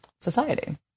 society